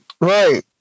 Right